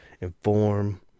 inform